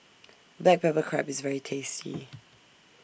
Black Pepper Crab IS very tasty